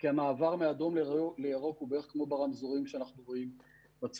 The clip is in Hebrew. כי המעבר מאדום לירוק הוא בערך כמו ברמזורים שאנחנו רואים בצמתים.